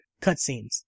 cutscenes